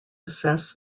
assess